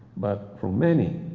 but from many,